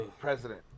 president